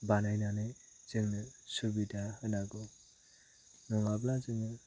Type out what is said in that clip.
बानायनानै जोंनो सुबिदा होनांगौ नङाब्ला जोङो